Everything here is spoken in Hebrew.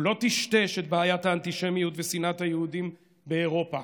הוא לא טשטש את האנטישמיות ושנאת היהודים באירופה.